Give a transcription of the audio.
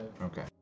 Okay